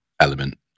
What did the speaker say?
element